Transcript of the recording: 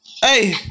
Hey